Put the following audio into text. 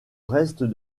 reste